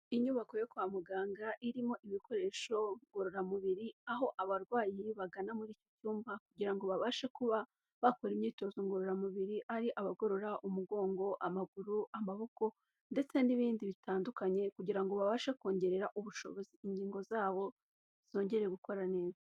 Inyubako yo kwa muganga irimo ibikoresho ngororamubiri aho abarwayi bagana muri iki cyumba kugira ngo ngo babashe kuba bakora imyitozo ngororamubiri, ari abagorora umugongo, amaguru, amaboko ndetse n'ibindi bitandukanye kugira ngo babashe kongerera ubushobozi ingingo zabo zongere gukora neza.